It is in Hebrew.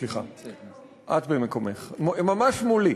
סליחה, את במקומך, ממש מולי.